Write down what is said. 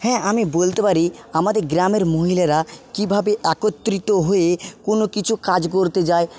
হ্যাঁ আমি বলতে পারি আমাদের গ্রামের মহিলারা কীভাবে একত্রিত হয়ে কোনো কিছু কাজ করতে যায়